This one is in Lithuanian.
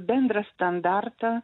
bendrą standartą